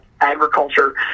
agriculture